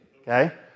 okay